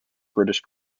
british